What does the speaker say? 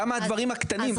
למה דווקא הדברים הקטנים?